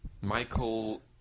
Michael